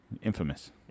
infamous